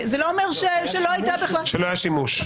זה לא אומר שלא --- שלא היה שימוש.